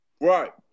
Right